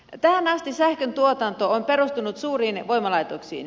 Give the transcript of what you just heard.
tähän asti sähkön tuotanto on perustunut suuriin voimalaitoksiin